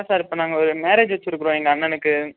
இல்லை சார் இப்போ நாங்கள் மேரேஜ் வெச்சிருக்குறோம் எங்கள் அண்ணனுக்கு